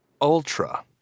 ultra